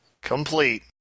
Complete